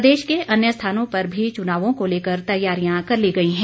प्रदेश के अन्य स्थानों पर भी चुनावों को लेकर तैयारियां कर ली गई हैं